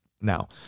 Now